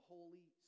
Holy